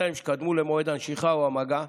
בשנתיים שקדמו למועד הנשיכה או המגע,